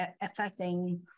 affecting